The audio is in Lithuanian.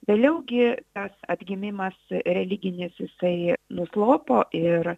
vėliau gi tas atgimimas religinis jisai nuslopo ir